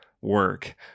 work